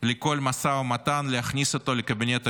לכל משא ומתן להכניס אותו לקבינט המלחמה.